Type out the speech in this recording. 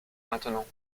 maintenant